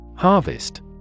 Harvest